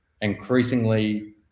increasingly